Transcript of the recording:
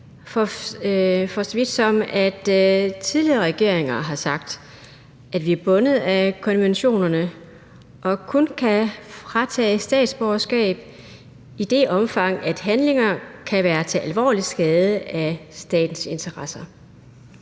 da tidligere regeringer har sagt, at vi er bundet af konventionerne og kun kan fratage statsborgerskab i det omfang, handlinger kan være til alvorlig skade for statens interesser.